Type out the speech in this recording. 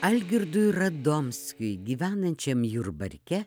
algirdui radomskiui gyvenančiam jurbarke